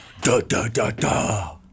da-da-da-da